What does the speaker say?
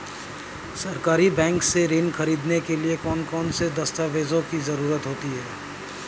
सहकारी बैंक से ऋण ख़रीदने के लिए कौन कौन से दस्तावेजों की ज़रुरत होती है?